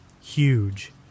huge